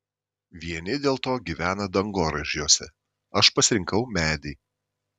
vieni dėl to gyvena dangoraižiuose aš pasirinkau medį